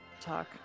talk